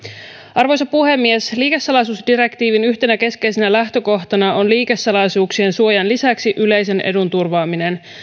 arvoisa puhemies liikesalaisuusdirektiivin yhtenä keskeisenä lähtökohtana on liikesalaisuuksien suojan lisäksi yleisen edun turvaaminen